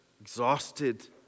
exhausted